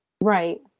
Right